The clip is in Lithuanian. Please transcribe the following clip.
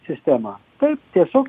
sistemą taip tiesiog